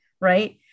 Right